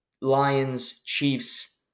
Lions-Chiefs